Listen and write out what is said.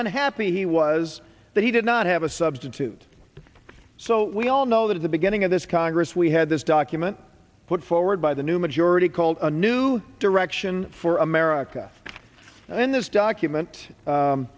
unhappy he was that he did not have a substitute so we all know that at the beginning of this congress we had this document put forward by the new majority called a new direction for america in this document